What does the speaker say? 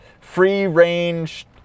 free-range